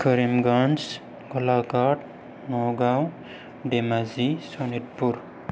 Karimganj Golaghat Nagaon Dhemaji Sonitpur